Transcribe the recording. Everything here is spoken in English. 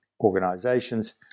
organizations